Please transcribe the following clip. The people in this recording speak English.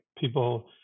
people